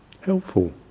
helpful